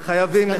חייבים,